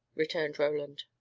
returned roland.